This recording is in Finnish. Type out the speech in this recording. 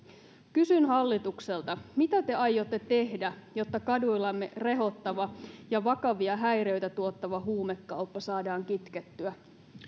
kysyn hallitukselta mitä te aiotte tehdä jotta kaduillamme rehottava ja vakavia häiriöitä tuottava huumekauppa saadaan kitkettyä